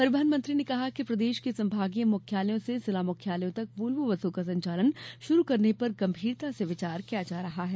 परिवहन मंत्री ने कहा कि प्रदेश के संभागीय मुख्यालयों से जिला मुख्यालयों तक वाल्वो बसों का संचालन शुरू करने पर गंभीरता से विचार किया जा रहा है